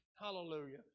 Hallelujah